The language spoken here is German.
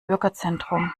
bürgerzentrum